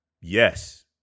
Yes